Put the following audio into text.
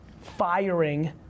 firing